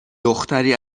دختری